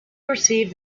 perceived